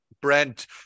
Brent